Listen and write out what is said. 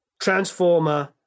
transformer